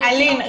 על --- אלין,